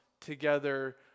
together